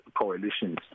coalitions